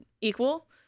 equal